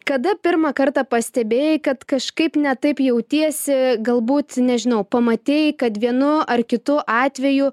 kada pirmą kartą pastebėjai kad kažkaip ne taip jautiesi galbūt nežinau pamatei kad vienu ar kitu atveju